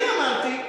לא, לא יבולע לי,